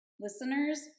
Listeners